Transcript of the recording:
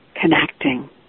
connecting